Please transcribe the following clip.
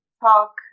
talk